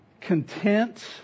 content